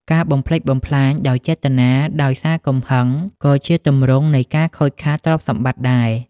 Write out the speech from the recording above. ការបំផ្លិចបំផ្លាញដោយចេតនាដោយសារកំហឹង ក៏ជាទម្រង់នៃការខូចខាតទ្រព្យសម្បត្តិដែរ។